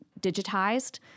digitized